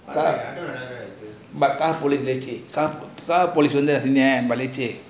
car but